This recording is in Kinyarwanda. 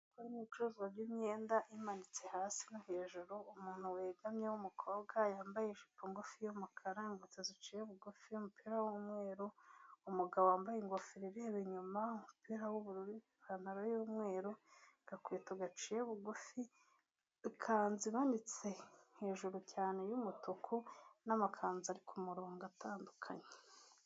Ibicuruzwa by'imyenda imanitse hasi no hejuru. Umuntu wegamye w'umukobwa yambaye ijipo ngufi y'umukara, umusatsi uciye bugufi, umupira w'umweru. Umugabo wambaye ingofero ireba inyuma, umupira w'ubururu, ipantaro y'umweru. Agakweto gaciye bugufi, ikanzu imanitse hejuru cyane y'umutuku n'amakanzu ari ku murongo atandukanye.